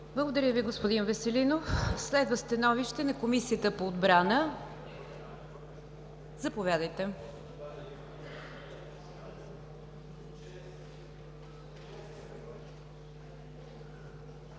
Благодаря Ви, господин Веселинов. Следва становище на Комисията по отбрана. Заповядайте,